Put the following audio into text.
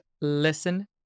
Listen